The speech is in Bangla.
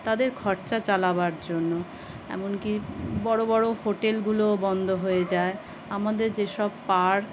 তাদের খরচা চালাবার জন্য এমনকি বড় বড় হোটেলগুলোও বন্ধ হয়ে যায় আমাদের যেসব পার্ক